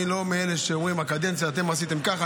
אני לא מאלה שאומרים: אתם עשיתם ככה,